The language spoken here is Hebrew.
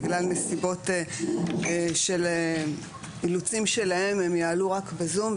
בגלל נסיבות של אילוצים שלהם הם יעלו רק בזום.